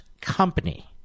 company